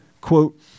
Quote